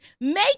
make